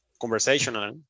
conversational